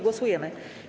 Głosujemy.